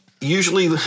usually